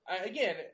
again